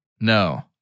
No